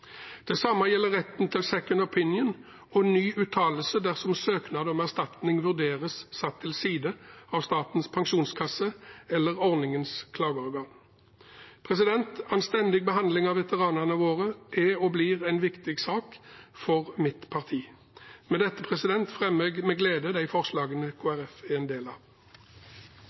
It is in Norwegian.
Det samme gjelder retten til «second opinion» og ny uttalelse dersom søknad om erstatning vurderes satt til side av Statens pensjonskasse eller ordningens klageorgan. Anstendig behandling av veteranene våre er og blir en viktig sak for mitt parti. Med dette anbefaler jeg med glede de forslagene Kristelig Folkeparti er en del av.